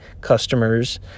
customers